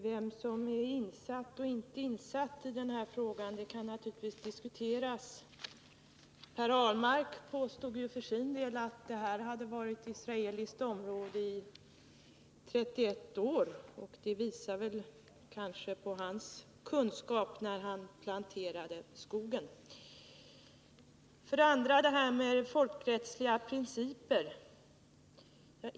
Herr talman! Vem som är resp. inte är insatt i denna fråga kan naturligtvis diskuteras. Per Ahlmark påstod att det område det här gäller hade varit israeliskt område i 31 år. Det visar kanske på hans kunskap när han planterade skogen. När det gäller diskussionen om folkrättsliga principer vill jag bara säga följande.